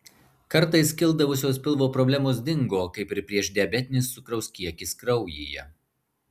kartais kildavusios pilvo problemos dingo kaip ir priešdiabetinis cukraus kiekis kraujyje